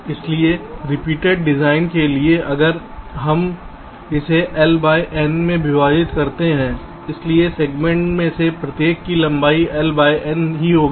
इसलिए repeated design के लिए अगर हम इसे Lबाय N में विभाजित करते हैं इसलिए सेगमेंट में से प्रत्येक की लंबाई L बाय N की होगी